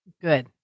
Good